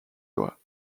doigts